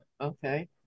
Okay